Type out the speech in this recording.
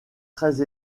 très